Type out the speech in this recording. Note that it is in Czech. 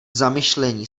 zamyšlení